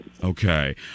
Okay